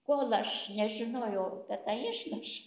kol aš nežinojau apie tą išnašą